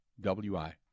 WI